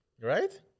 Right